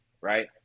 right